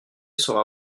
sera